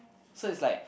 so it's like